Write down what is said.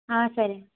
సరే